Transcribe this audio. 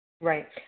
Right